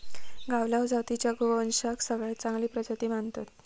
गावलाव जातीच्या गोवंशाक सगळ्यात चांगली प्रजाती मानतत